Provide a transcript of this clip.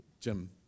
Jim